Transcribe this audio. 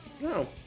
No